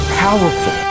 powerful